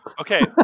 Okay